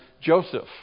Joseph